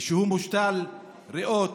ושהוא מושתל ריאות,